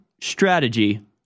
strategy